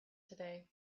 today